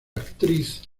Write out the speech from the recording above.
actriz